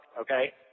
okay